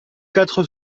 quatre